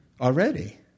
already